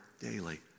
daily